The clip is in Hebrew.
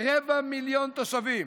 רבע מיליון תושבים,